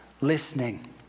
listening